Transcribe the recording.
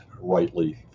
rightly